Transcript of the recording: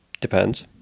Depends